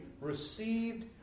received